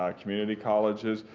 ah community colleges,